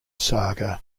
saga